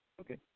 Okay